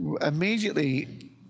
immediately